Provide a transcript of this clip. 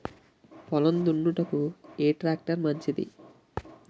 పొలం దున్నుటకు ఏ ట్రాక్టర్ మంచిది?